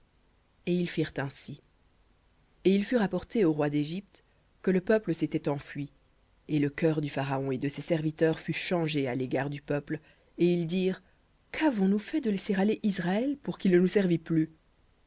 et ils firent ainsi et il fut rapporté au roi d'égypte que le peuple s'était enfui et le cœur du pharaon et de ses serviteurs fut changé à l'égard du peuple et ils dirent qu'avons-nous fait de laisser aller israël pour qu'il ne nous servît plus